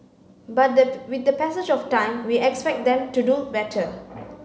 but the with the passage of time we expect them to do better